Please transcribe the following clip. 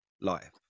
life